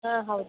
ಹಾಂ ಹೌದು